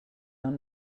done